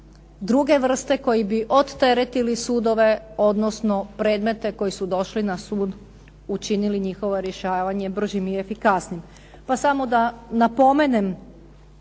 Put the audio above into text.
druge vrste koji bi odteretili sudove, odnosno predmete koji su došli na sud, učinili njihovo rješavanje bržim i efikasnijim. Pa samo da napomenem.